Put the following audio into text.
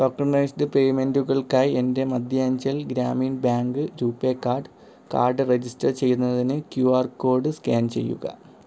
tokenised പേയ്മെൻ്റുകൾക്കായി എൻ്റെ Madhyanchal Gramin bank RuPay card card register ചെയ്യുന്നതിന് ക്യു ആർ കോഡ് സ്കാൻ ചെയ്യുക